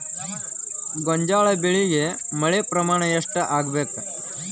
ಗೋಂಜಾಳ ಬೆಳಿಗೆ ಮಳೆ ಪ್ರಮಾಣ ಎಷ್ಟ್ ಆಗ್ಬೇಕ?